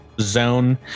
zone